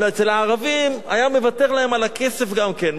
אצל ערבים, היה מוותר להם על הכסף גם כן.